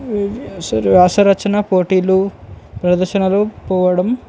వ్యాసరచన పోటీలు ప్రదర్శనలు పోవడం